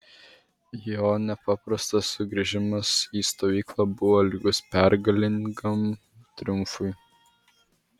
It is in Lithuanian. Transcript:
jo nepaprastas sugrįžimas į stovyklą buvo lygus pergalingam triumfui